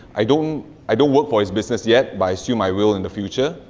i don't i don't work for his business yet, but i assume i will in the future.